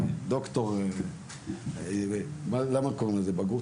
בגרות, למה קוראים לזה בגרות?